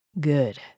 Good